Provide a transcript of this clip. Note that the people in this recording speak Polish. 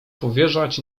powierzać